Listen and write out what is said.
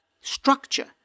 Structure